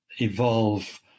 evolve